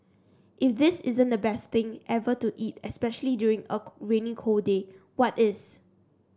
if this isn't the best thing ever to eat especially during a rainy cold day what is